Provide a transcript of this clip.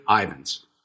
Ivans